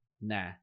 nah